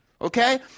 Okay